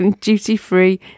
duty-free